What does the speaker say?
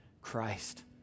Christ